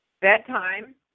bedtime